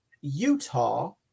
Utah